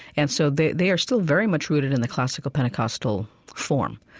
and so they, they are still very much rooted in the classical, pentecostal form.